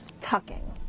tucking